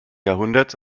jahrhunderts